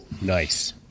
Nice